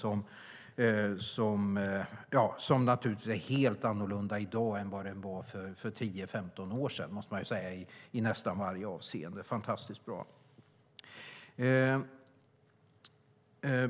Det är helt annorlunda i dag än vad det var för 10-15 år sedan, måste man säga, i nästan varje avseende. Det är fantastiskt bra.